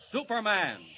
Superman